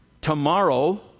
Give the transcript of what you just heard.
tomorrow